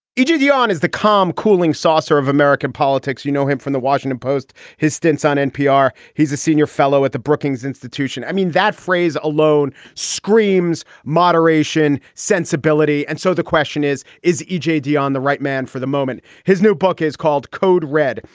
e j. dionne is the calm cooling saucer of american politics. you know him from the washington post. his stints on npr. he's a senior fellow at the brookings institution. i mean, that phrase alone screams moderation sensibility. and so the question is, is e j. dionne the right man for the moment? his new book is called code red.